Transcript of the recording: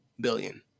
billion